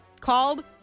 called